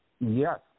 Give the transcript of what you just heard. Yes